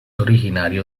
originario